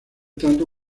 tanto